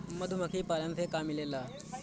मधुमखी पालन से का मिलेला?